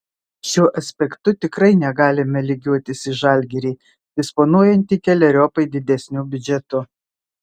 šiuo aspektu tikrai negalime lygiuotis į žalgirį disponuojantį keleriopai didesniu biudžetu